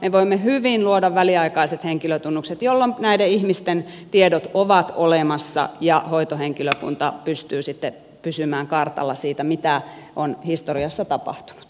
me voimme hyvin luoda väliaikaiset henkilötunnukset jolloin näiden ihmisten tiedot ovat olemassa ja hoitohenkilökunta pystyy sitten pysymään kartalla siitä mitä on historiassa tapahtunut